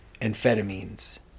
amphetamines